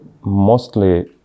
mostly